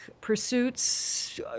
pursuits